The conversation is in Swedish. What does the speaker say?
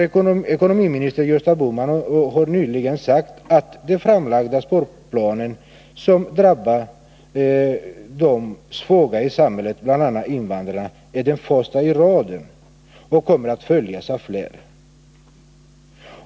Ekonomiminister Gösta Bohman har nyligen sagt att den framlagda sparplanen, som drabbar de svaga i samhället, bl.a. invandrarna, är den första i raden och kommer att följas av fler.